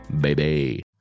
Baby